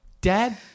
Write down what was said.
Dad